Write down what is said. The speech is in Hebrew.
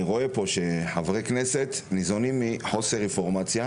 כי חברי כנסת ניזונים מחוסר אינפורמציה.